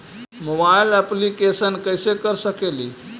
Mobile application कैसे कर सकेली?